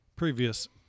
Previous